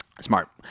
Smart